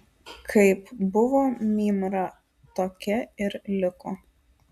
kaip buvo mymra tokia ir liko